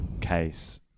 case